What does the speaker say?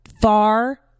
far